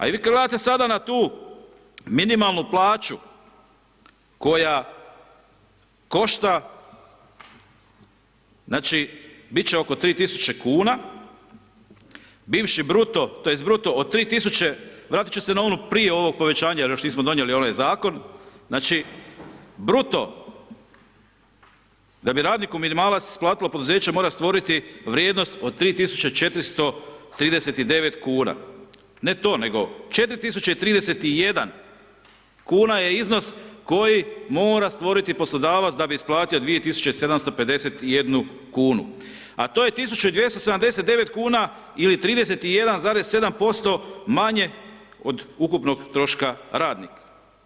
A ... sada na tu minimalnu plaću koja košta znači, bit će oko 3000 kuna, bivši bruto tj. bruto od 3000, vratit ću se na ono prije ovog povećanja jer još nismo donijeli ovaj zakon, znači bruto da bi radniku minimalac platilo, poduzeće mora stvoriti vrijednost od 3439 kuna, ne to, nego 4031 kuna je iznos koji mora stvoriti poslodavac da bi isplatio 2751 kunu a to je 1279 kuna ili 31,7% manje od ukupnog troška radnika.